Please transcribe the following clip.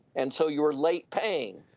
and so you're late paying.